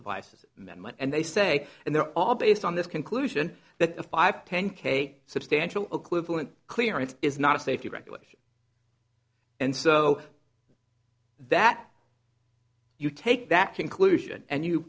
devices memo and they say and they're all based on this conclusion that a five ten k substantial a clue fluent clearance is not a safety regulation and so that you take that conclusion and you